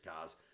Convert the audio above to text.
cars